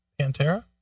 Cantera